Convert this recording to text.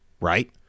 Right